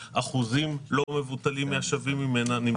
שאחוזים לא מבוטלים מן השבים ממנה הם חיוביים לנגיף.